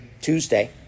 Tuesday